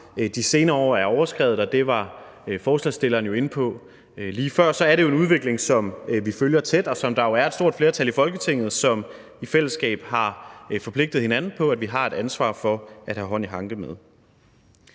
de senere år er overskredet, og det var forslagsstillerne jo inde på lige før, er det en udvikling, som vi følger tæt, og som der er et stort flertal i Folketinget som i fællesskab har forpligtet hinanden på at vi har et ansvar at have hånd i hanke med.